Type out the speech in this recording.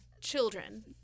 children